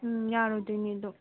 ꯎꯝ ꯌꯥꯔꯣꯏꯗꯣꯏꯅꯤ ꯑꯗꯣ